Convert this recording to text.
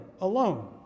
alone